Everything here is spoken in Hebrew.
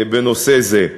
בנושא זה.